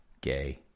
gay